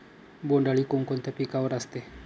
बोंडअळी कोणकोणत्या पिकावर असते?